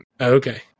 Okay